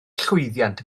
llwyddiant